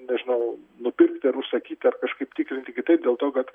nežinau nupirkti ar užsakyti ar kažkaip tikrinti kitaip dėl to kad